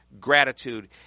Gratitude